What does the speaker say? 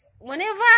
whenever